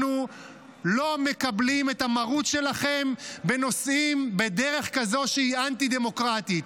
אנחנו לא מקבלים את המרות שלכם בנושאים בדרך כזאת שהיא אנטי-דמוקרטית.